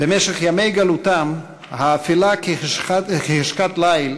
"במשך ימי גלותם, האפלה כחשכת ליל,